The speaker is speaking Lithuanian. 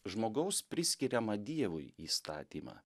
žmogaus priskiriamą dievui įstatymą